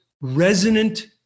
resonant